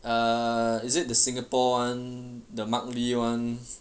err is it the singapore one the mark lee one